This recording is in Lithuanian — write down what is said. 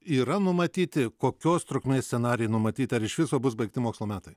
yra numatyti kokios trukmės scenarijai numatyti ar iš viso bus baigti mokslo metai